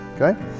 okay